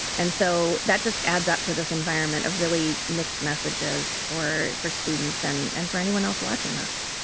and so that just adds up to this environment of really mixed messages for for students and and for anyone else watching this